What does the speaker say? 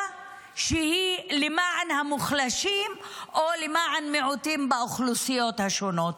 שהיא למען המוחלשים או למען מיעוטים באוכלוסיות השונות.